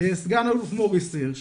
סגן אלוף מוריס הירש